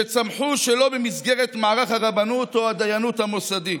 שצמחו שלא במסגרת מערך הרבנות או הדיינות המוסדי,